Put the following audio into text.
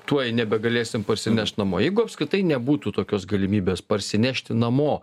tuoj nebegalėsim parsinešt namo jeigu apskritai nebūtų tokios galimybės parsinešti namo